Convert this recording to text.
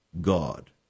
God